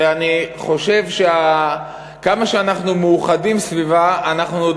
שאני חושב שכמה שאנחנו מאוחדים סביבה אנחנו עוד